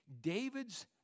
David's